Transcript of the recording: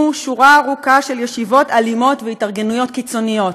שורה ארוכה של ישיבות אלימות והתארגנויות קיצוניות,